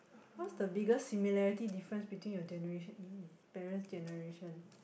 what's the biggest similarity difference between your generation !ee! parent's generation